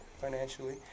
financially